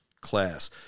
class